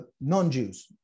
non-Jews